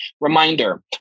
Reminder